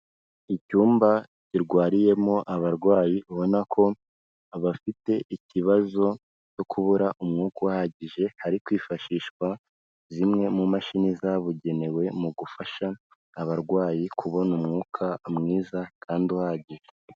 Icyumba kirwariyemo abarwayi, ubona ko bafite ikibazo cyo kubura umwuka uhagije, bari kwifashishwa zimwe mu mashini zabugenewe mu gufasha abarwayi kubona umwuka mwiza kandi uhagije.